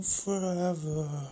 forever